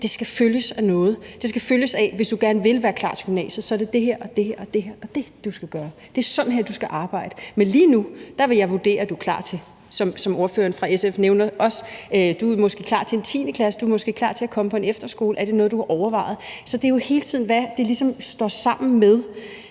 det skal følges af noget. Det skal følges af, at hvis du gerne vil være klar til gymnasiet, så er det det her og det her og dét, du skal gøre. Det er sådan her, du skal arbejde. Men lige nu vil jeg vurdere, at du er klar til – som ordføreren for SF så også nævner – måske en 10. klasse, eller du er måske klar til at komme på en efterskole. Er det noget, du har overvejet? Så det er jo hele tiden, hvad det ligesom står sammen med,